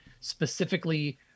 specifically